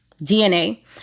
DNA